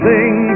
Sing